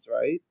right